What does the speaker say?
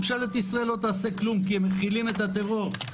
ממשלת ישראל לא תעשה כלום כי הם מכילים את הטרור.